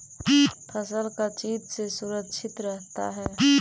फसल का चीज से सुरक्षित रहता है?